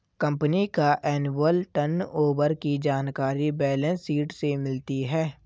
company का annual turnover की जानकारी बैलेंस शीट से मिलती है